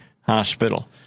hospital